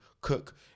cook